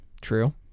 true